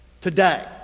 today